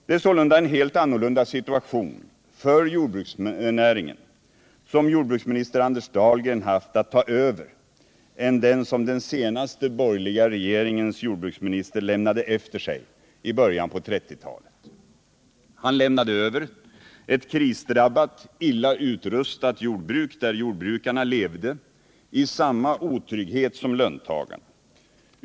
Det är sålunda en helt annorlunda situation för jordbruksnäringen som jordbruksminister Anders Dahlgren haft att ta över än den som den senaste borgerliga regeringens jordbruksminister lämnade efter sig i början på 1930-talet. Han lämnade över ett krisdrabbat, illa utrustat jordbruk, där jordbrukarna levde i samma otrygghet som löntagarna.